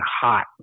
hot